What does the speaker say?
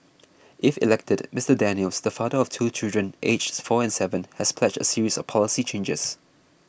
if elected Mr Daniels the father of two children aged four and seven has pledged a series of policy changes